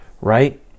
Right